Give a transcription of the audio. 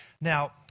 Now